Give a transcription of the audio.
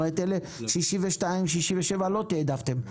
הרי את 62 ו-67 לא תעדפתם.